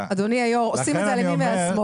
אדוני היו"ר, עושים את זה על ימין ועל שמאל.